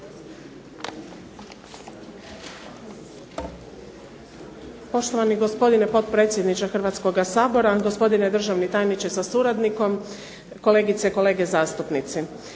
Poštovani gospodine potpredsjedniče Hrvatskoga sabora, gospodine državni tajniče sa suradnikom, kolegice i kolege zastupnici.